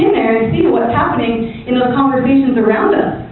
and see what's happening in those conversations around us.